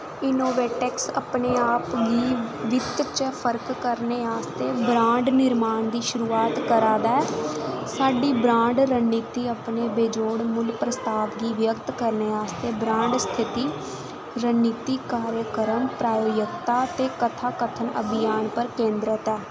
InnovateX अपने आप गी वित्त च फर्क करने आस्तै ब्रांड निर्माण दी शुरुआत करा दा ऐ साढी ब्रांड रणनीति अपने बेजोड़ मुल्ल प्रस्ताव गी व्यक्त करने आस्तै ब्रांड स्थिति रणनीति कार्यक्रम प्रायोजकता ते कथा कथन अभियान पर केंदरत ऐ